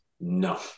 No